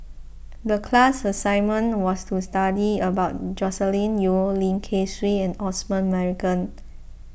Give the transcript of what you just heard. the class assignment was to study about Joscelin Yeo Lim Kay Siu and Osman Merican